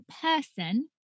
person